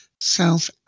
South